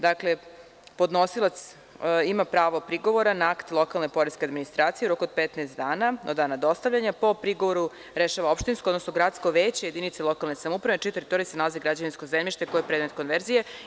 Dakle, podnosilac ima pravo prigovora na akt lokalne poreske administracije u roku od 15 dana od dana dostavljanja, po prigovoru rešava opštinsko, odnosno gradsko veće jedinice lokalne samouprave na čijoj teritoriji se nalazi građevinsko zemljište koje je predmet konverzije.